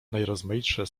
najrozmaitsze